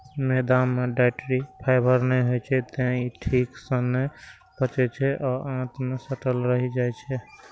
मैदा मे dietary fibre नै होइ छै, तें ई ठीक सं नै पचै छै आ आंत मे सटल रहि जाइ छै